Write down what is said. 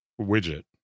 widget